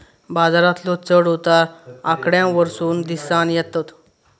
बाजारातलो चढ उतार आकड्यांवरसून दिसानं येतत